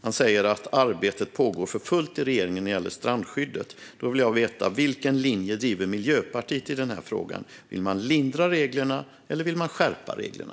Han säger att arbetet pågår för fullt i regeringen när det gäller strandskyddet. Då vill jag veta vilken linje som Miljöpartiet driver i denna fråga. Vill man lindra reglerna, eller vill man skärpa reglerna?